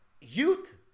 youth